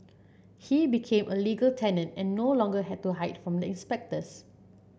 he became a legal tenant and no longer had to hide from the inspectors